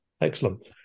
Excellent